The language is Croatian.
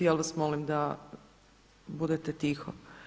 Ja vas molim da budete tiho.